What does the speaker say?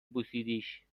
بوسیدیش